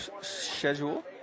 schedule